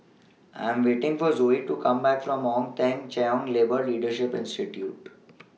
I Am waiting For Zoie to Come Back from Ong Teng Cheong Labour Leadership Institute